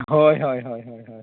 ᱦᱳᱭ ᱦᱳᱭ ᱦᱳᱭ ᱦᱳᱭ ᱦᱳᱭ